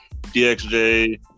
DXJ